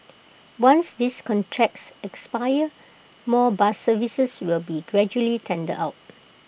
once these contracts expire more bus services will be gradually tendered out